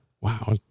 Wow